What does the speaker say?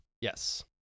Yes